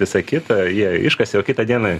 visa kita jie iškasė o kitą dieną